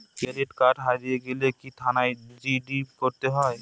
Credit card হারিয়ে গেলে কি থানায় জি.ডি করতে হয়?